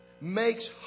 makes